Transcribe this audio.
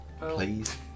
Please